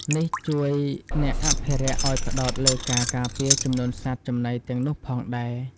នេះជួយអ្នកអភិរក្សឲ្យផ្តោតលើការការពារចំនួនសត្វចំណីទាំងនោះផងដែរ។